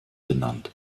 benannt